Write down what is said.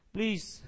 Please